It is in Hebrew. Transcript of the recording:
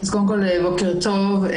קודם כול, בוקר טוב.